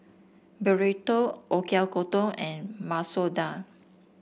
Burrito Oyakodon and Masoor Dal